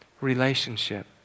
Relationship